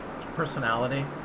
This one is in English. personality